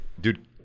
dude